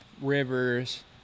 Rivers